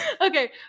Okay